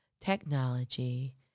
technology